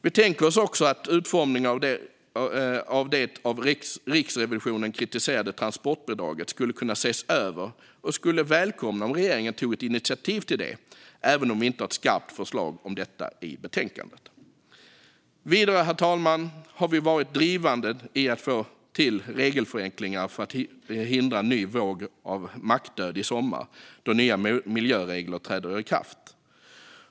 Vi tänker oss också att utformningen av det av Riksrevisionen kritiserade transportbidraget skulle kunna ses över och skulle välkomna om regeringen tog ett initiativ till det även om vi inte har ett skarpt förslag om detta i betänkandet. Herr talman! Vidare har vi varit drivande i att få till regelförändringar för att hindra en ny våg av mackdöd i sommar då nya miljöregler träder i kraft.